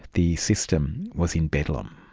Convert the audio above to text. the system was in bedlam.